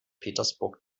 petersburg